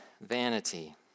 Vanity